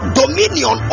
dominion